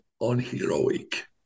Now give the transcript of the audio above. unheroic